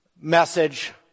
message